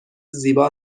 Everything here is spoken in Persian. زیبا